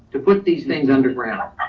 to put these things underground.